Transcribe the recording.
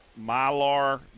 Mylar